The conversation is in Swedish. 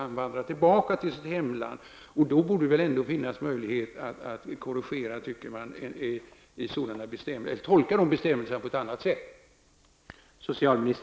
Han åker tillbaka till sitt hemland, och då borde det väl ändå finnas möjlighet att tolka bestämmelserna på ett annat sätt.